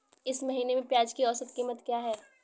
इस महीने में प्याज की औसत कीमत क्या है?